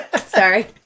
Sorry